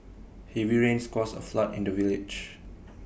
heavy rains caused A flood in the village